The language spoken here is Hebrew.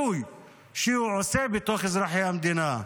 שיפסיק עם השיסוי שהוא עושה באזרחי המדינה.